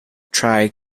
try